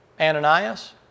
Ananias